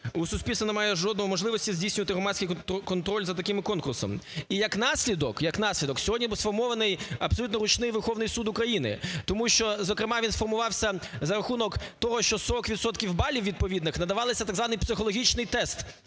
у суспільства немає жодної можливості здійснювати громадський контроль за таким конкурсом. І як наслідок, як наслідок сьогодні сформований абсолютно ручний Верховний Суд України, тому що, зокрема, він сформувався за рахунок того, що 40 відсотків балів відповідних надавалися на так званий психологічний тест